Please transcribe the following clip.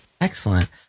Excellent